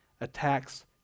attacks